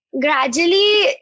gradually